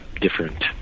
different